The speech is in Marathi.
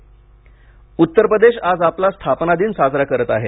उत्तर प्रदेश उत्तर प्रदेश आज आपला स्थापना दिन साजरा करीत आहे